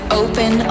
open